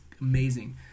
amazing